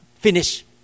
finish